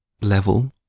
level